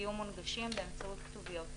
שיהיו מונגשים באמצעות כתוביות.